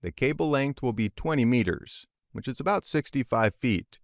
the cable length will be twenty meters which is about sixty five feet